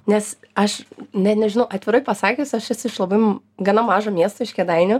nes aš net nežinau atvirai pasakius aš esu iš labai mm gana mažo miesto iš kėdainių